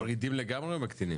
מורידים לגמרי או מקטינים?